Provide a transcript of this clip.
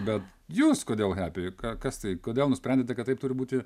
bet jūs kodėl hepi ką kas tai kodėl nusprendėte kad taip turi būti